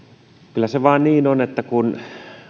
kyllä se vain niin on että kun